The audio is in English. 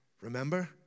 Remember